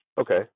Okay